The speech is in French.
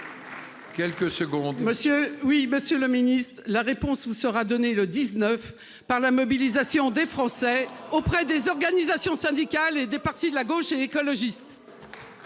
Quelques secondes. Que oui, Monsieur le Ministre, la réponse sera donné le 19 par la mobilisation des Français auprès des organisations syndicales et des partis de la gauche et écologistes.